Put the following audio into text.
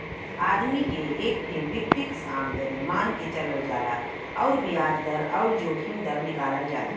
आदमी के एक ठे फ़िक्स आमदमी मान के चलल जाला अउर बियाज दर अउर जोखिम दर निकालल जाला